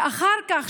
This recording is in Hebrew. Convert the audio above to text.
ואחר כך,